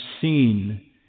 seen